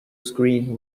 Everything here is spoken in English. screen